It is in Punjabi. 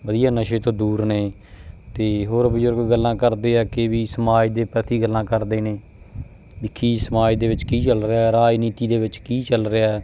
ਵਧੀਆ ਨਸ਼ੇ ਤੋਂ ਦੂਰ ਨੇ ਅਤੇ ਹੋਰ ਬਜ਼ੁਰਗ ਗੱਲਾਂ ਕਰਦੇ ਆ ਕਿ ਵੀ ਸਮਾਜ ਦੇ ਪ੍ਰਤੀ ਗੱਲਾਂ ਕਰਦੇ ਨੇ ਵੀ ਕੀ ਸਮਾਜ ਦੇ ਵਿੱਚ ਕੀ ਚੱਲ ਰਿਹਾ ਰਾਜਨੀਤੀ ਦੇ ਵਿੱਚ ਕੀ ਚੱਲ ਰਿਹਾ ਹੈ